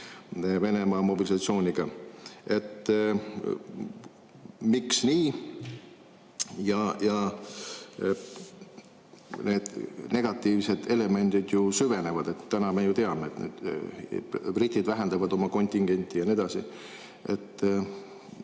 Venemaa mobilisatsiooniga. Aga miks nii? Need negatiivsed elemendid ju süvenevad. Täna me teame, et britid vähendavad oma kontingenti ja nii edasi.